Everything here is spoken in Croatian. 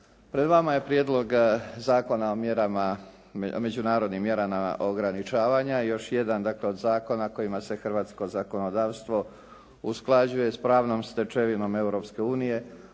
Pred vama je Prijedlog zakona o mjerama, međunarodnim mjerama ograničavanja. Još jedan dakle od zakona kojima se hrvatsko zakonodavstvo usklađuje sa pravnom stečevinom